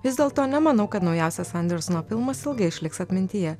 vis dėlto nemanau kad naujausias andersono filmas ilgai išliks atmintyje